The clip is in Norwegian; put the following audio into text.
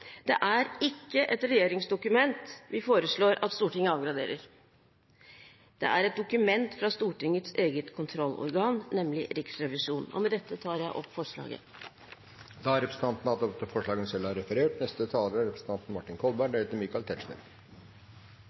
det er ikke et regjeringsdokument vi foreslår at Stortinget avgraderer. Det er et dokument fra Stortingets eget kontrollorgan, nemlig Riksrevisjonen. Med dette tar jeg opp mindretallsforslaget i innstillingen. Representanten Marit Nybakk har tatt opp det forslaget hun refererte til. I likhet med hva som var representanten Nybakks referansepunkt, vil jeg også si at denne saken har